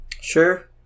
Sure